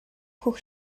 үхэх